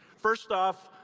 first off,